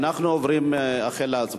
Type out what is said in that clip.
אנחנו עוברים להצבעה.